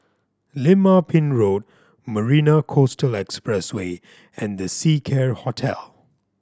Lim Ah Pin Road Marina Coastal Expressway and The Seacare Hotel